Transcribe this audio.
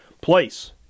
place